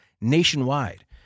nationwide